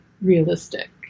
realistic